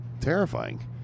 terrifying